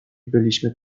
byliśmy